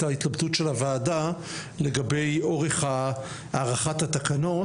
ההתלבטות של הוועדה לגבי אורך הארכת התקנות,